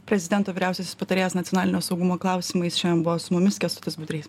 prezidento vyriausiasis patarėjas nacionalinio saugumo klausimais šiandien buvo su mumis kęstutis budrys